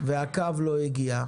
והקו לא הגיע.